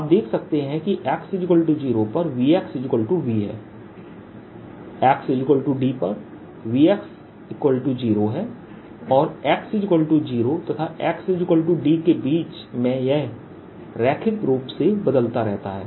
आप देख सकते हैं किx0पर VVहै xd पर V0 है और x0 तथा xd के बीच में यह रैखिक रूप से बदलता रहता है